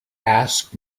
ask